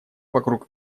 вокруг